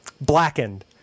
blackened